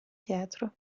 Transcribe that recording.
pietro